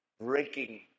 breaking